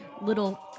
little